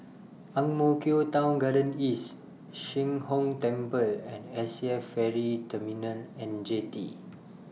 Ang Mo Kio Town Garden East Sheng Hong Temple and SAF Ferry Terminal and Jetty